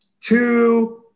two